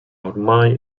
ormai